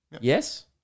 yes